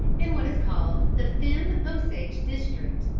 in what is called the femme osage district.